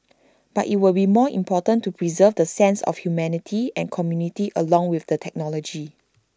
but IT will be more important to preserve the sense of humanity and community along with the technology